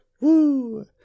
Woo